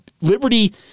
Liberty